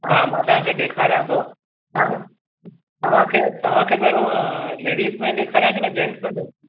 हा मां तव्हांखे ॾेखारिया थो तव्हां तव्हांखे तव्हांखे पहिरियों लेडिस में ॾेखारिया की न जेन्ट्स में